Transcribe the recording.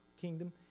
kingdom